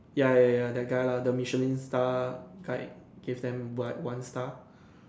ya ya ya that guy lah the Michelin Star guide gives them what one star